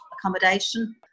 accommodation